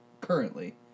currently